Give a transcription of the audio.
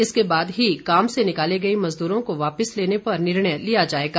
इसके बाद ही काम से निकाले गए मजदूरों को वापिस लेने पर निर्णय लिया जाएगा